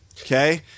Okay